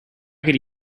could